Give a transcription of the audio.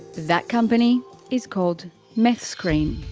that company is called meth screen.